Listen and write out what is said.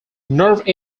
nerve